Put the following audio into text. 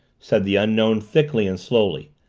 said the unknown thickly and slowly.